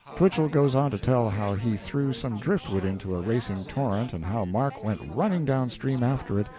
twichell goes on to tell how he threw some driftwood into a racing torrent and how mark went running down-stream after it,